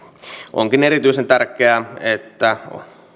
onkin erityisen tärkeää että